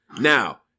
Now